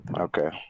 Okay